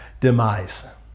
Demise